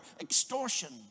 extortion